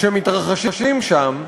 שמתרחשים שם,